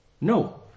No